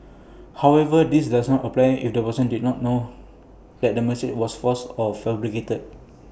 however this does not apply if the person did not know that the message was false or fabricated